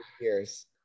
years